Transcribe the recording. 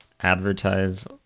advertise